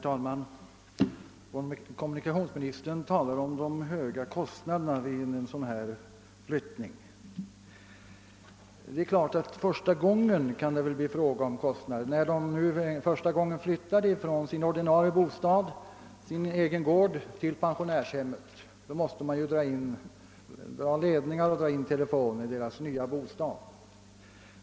Herr talman! Kommunikationsministern talar om de höga kostnaderna vid en flyttning av det slag jag har nämnt. Det är klart att det första gången kan bli fråga om kostnader; när vederbörande första gången flyttade från sin egen gård till pensionärshemmet måste man ju dra in ledningar i deras nya bostad.